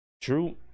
True